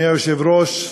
אדוני היושב-ראש,